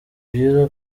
byiza